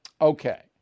Okay